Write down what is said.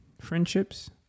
friendships